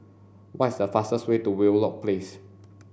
what is the fastest way to Wheelock Place